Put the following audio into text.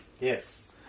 Yes